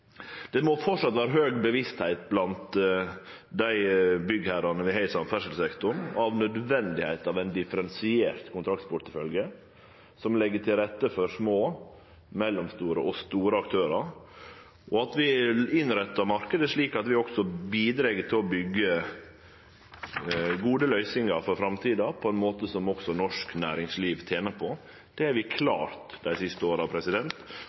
Det må framleis vere høg bevisstheit hos byggherrane vi har i samferdselssektoren, om nødvendigheita av ein differensiert kontraktsportefølje som legg til rette for små, mellomstore og store aktørar, at vi innrettar marknaden slik at vi også bidreg til å byggje gode løysingar for framtida, på ein måte som også norsk næringsliv tener på. Det har vi klart dei siste åra,